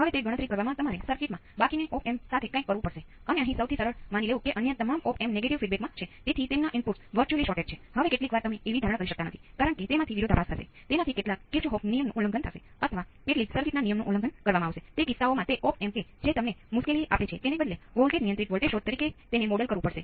હવે આ પ્રકારનો ઉકેલ ત્યારે પણ લાગુ પડે છે કે જ્યારે તે એક જ પ્રકારની સર્કિટ હોય છે કે જેને આપણે પહેલા મેળવી હતી અને તેનો ઉકેલ પણ એ જ હશે